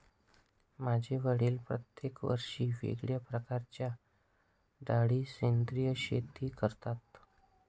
माझे वडील प्रत्येक वर्षी वेगळ्या प्रकारच्या डाळी सेंद्रिय शेती करतात